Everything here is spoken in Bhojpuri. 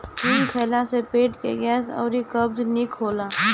हिंग खइला से पेट के गैस अउरी कब्ज निक हो जाला